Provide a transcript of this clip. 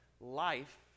life